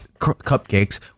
cupcakes